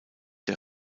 der